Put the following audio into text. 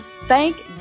Thank